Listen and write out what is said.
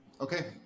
Okay